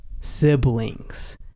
siblings